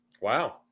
Wow